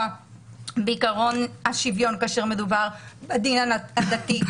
בעקרון השוויון כאשר מדובר בדין הדתי.